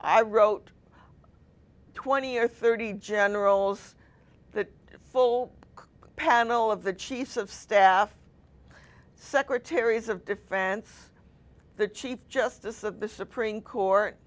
i wrote twenty or thirty generals the full panel of the chiefs of staff secretaries of defense the chief justice of the supreme court